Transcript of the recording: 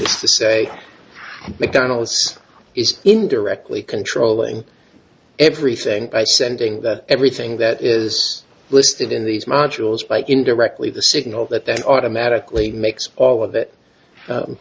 is to say mcdonald's is indirectly controlling everything by sending that everything that is listed in these modules by indirectly the signal that they automatically makes all of that